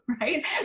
right